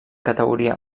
categoria